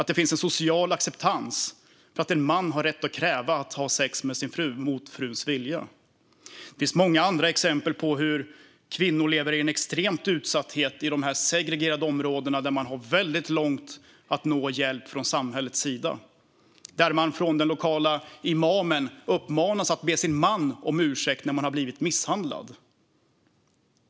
Det finns en social acceptans för att en man har rätt att kräva att ha sex med sin fru mot fruns vilja. Det finns många andra exempel på hur kvinnor lever i en extrem utsatthet i dessa segregerade områden, där man har väldigt långt till att nå hjälp från samhällets sida och där man av den lokala imamen uppmanas att be sin man om ursäkt när man har blivit misshandlad.